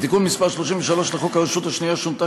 בתיקון מס' 33 לחוק הרשות השנייה שונתה